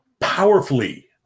powerfully